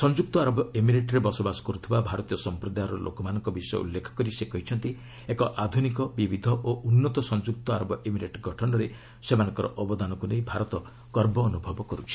ସଂଯୁକ୍ତ ଆରବ ଏମିରେଟ୍ରେ ବସବାସ କରୁଥିବା ଭାରତୀୟ ସମ୍ପ୍ରଦାୟ ଲୋକମାନଙ୍କ ବିଷୟ ଉଲ୍ଲେଖ କରି ସେ କହିଛନ୍ତି ଏକ ଆଧୁନିକ ବିବିଧ ଓ ଉନ୍ନତ ସଂଯୁକ୍ତ ଆରବ ଏମିରେଟ୍ ଗଠନରେ ସେମାନଙ୍କର ଅବଦାନକୁ ନେଇ ଭାରତ ଗର୍ବ ଅନୁଭବ କରୁଛି